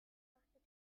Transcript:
pocketed